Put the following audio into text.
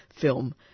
film